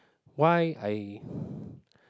why I